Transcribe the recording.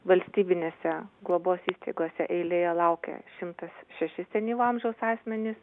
valstybinėse globos įstaigose eilėje laukia šimtas šeši senyvo amžiaus asmenys